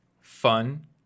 fun